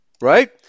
right